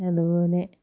അതുപോലെ